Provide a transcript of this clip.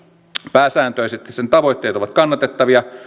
pääsääntöisesti sen tavoitteet ovat kannatettavia